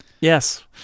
yes